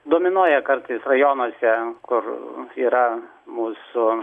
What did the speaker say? dominuoja kartais rajonuose kur yra mūsų